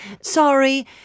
Sorry